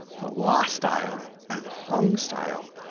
the wa style, and hung style,